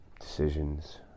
decisions